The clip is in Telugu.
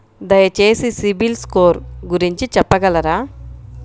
దయచేసి సిబిల్ స్కోర్ గురించి చెప్పగలరా?